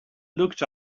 looked